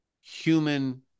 human